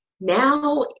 now